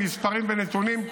עם מספרים ונתונים,